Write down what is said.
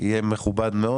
יהיה מכובד מאוד.